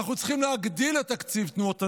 אנחנו צריכים להגדיל את תקציב תנועות הנוער,